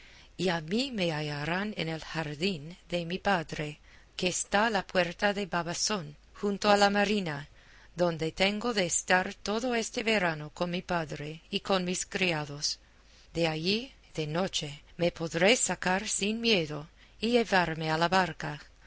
y a mí me hallarán en el jardín de mi padre que está a la puerta de babazón junto a la marina donde tengo de estar todo este verano con mi padre y con mis criados de allí de noche me podréis sacar sin miedo y llevarme a la barca